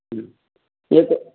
ह्म् एतत्